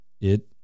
It-